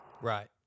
Right